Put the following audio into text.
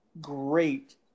great